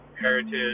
heritage